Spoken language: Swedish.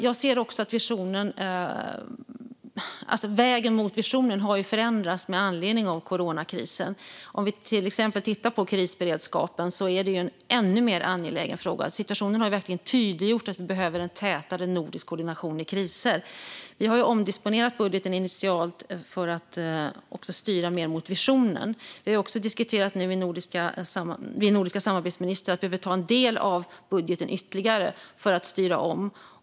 Jag ser också att vägen mot visionen har förändrats med anledning av coronakrisen. Om vi till exempel tittar på krisberedskapen ser vi att det är en ännu mer angelägen fråga. Situationen har verkligen tydliggjort att vi behöver en tätare nordisk koordination i kriser. Vi har omdisponerat budgeten initialt för att styra mer mot visionen. Vi nordiska samarbetsministrar har också diskuterat att vi behöver ta ytterligare en del av budgeten för att styra om.